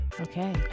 okay